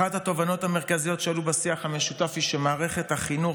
אחת התובנות המרכזיות שעלו בשיח המשותף היא שמערכת החינוך